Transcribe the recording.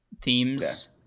themes